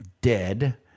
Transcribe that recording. dead